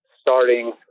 starting